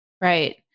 Right